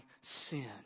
sin